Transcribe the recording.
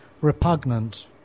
repugnant